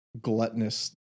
Gluttonous